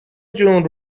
جون